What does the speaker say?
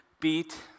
beat